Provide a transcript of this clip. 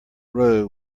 row